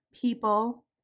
people